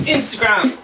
Instagram